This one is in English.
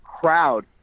crowd